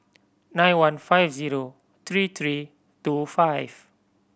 nine one five zero three three two five